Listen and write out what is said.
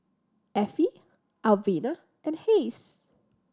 Affie Elvina and Hays